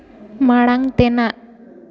ᱢᱟᱲᱟᱝ ᱛᱮᱱᱟᱜ